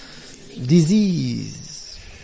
disease